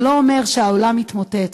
זה לא אומר שהעולם התמוטט.